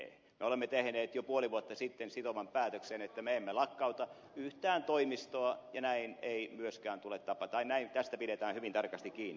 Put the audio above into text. me olemme tehneet jo puoli vuotta sitten sitovan päätöksen että me emme lakkauta yhtään toimistoa ja näin ei myöskään tule tapa tai näin tästä pidetään hyvin tarkasti kiinni